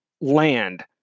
land